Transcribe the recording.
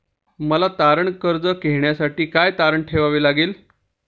मला तारण कर्ज घेण्यासाठी काय तारण ठेवावे लागेल?